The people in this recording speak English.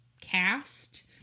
cast